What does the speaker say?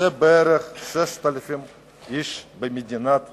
כ-6,000 אנשים במדינת ישראל.